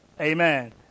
Amen